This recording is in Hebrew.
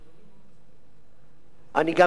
אני גם יותר מזה יכול להגיד,